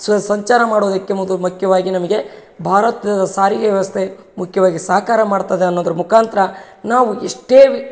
ಸ್ವ ಸಂಚಾರ ಮಾಡೋದಕ್ಕೆ ಮೊದಲು ಮುಖ್ಯವಾಗಿ ನಮಗೆ ಭಾರತ ಸಾರಿಗೆ ವ್ಯವಸ್ಥೆ ಮುಖ್ಯವಾಗಿ ಸಾಕಾರ ಮಾಡ್ತದೆ ಅನ್ನೋದರ ಮುಖಾಂತ್ರ ನಾವು ಎಷ್ಟೇ ವಿ